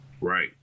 Right